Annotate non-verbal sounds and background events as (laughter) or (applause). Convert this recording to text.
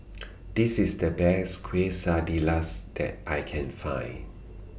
(noise) This IS The Best Quesadillas that I Can Find